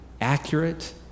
accurate